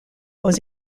aux